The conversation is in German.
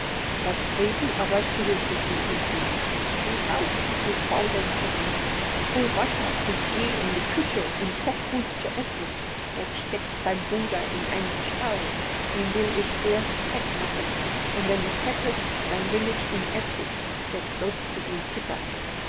das gretel aber schüttelte sie und rief steh auf du faullenzerin hol wasser und geh in die küche und koch gut zu essen dort steckt dein bruder in einem stall den will ich erst fett machen und wann er fett ist dann will ich ihn essen jetzt sollst du ihn füttern